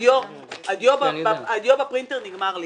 והדיו בפרינטר נגמר לי.